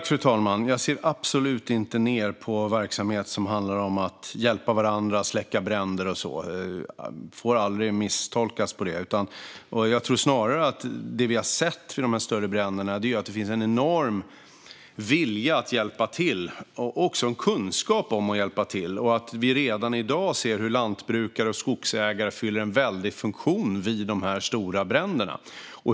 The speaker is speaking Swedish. Fru talman! Jag ser absolut inte ned på verksamheter som handlar om att hjälpa varandra, att släcka bränder och sådant. Det får aldrig misstolkas. Vid de större bränderna har vi snarare sett att det finns en enorm vilja och kunskap att hjälpa till. Redan i dag ser vi att lantbrukare och skogsägare fyller en stor funktion vid de stora bränderna.